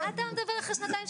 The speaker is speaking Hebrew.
רקפת, למה ההתנגדות?